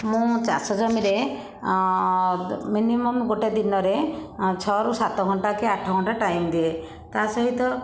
ମୁଁ ଚାଷ ଜମିରେ ମିନିମମ ଗୋଟେ ଦିନରେ ଛଅ ରୁ ସାତ ଘଣ୍ଟା କି ଆଠ ଘଣ୍ଟା ଟାଇମ୍ ଦିଏ ତା ସହିତ